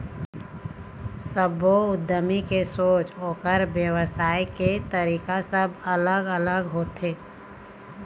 सब्बो उद्यमी के सोच, ओखर बेवसाय के तरीका सब अलग अलग होथे